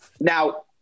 Now